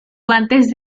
guantes